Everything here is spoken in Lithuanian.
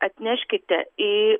atneškite į